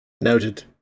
Noted